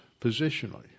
positionally